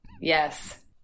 Yes